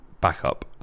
backup